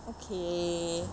okay